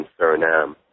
Suriname